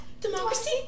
democracy